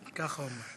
ככה אומר.